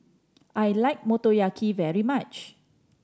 I like Motoyaki very much